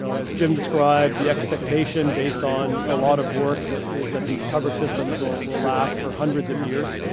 so as jim described, the expectation based on a lot of work that is that these cover systems will will last for hundreds of years,